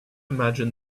imagine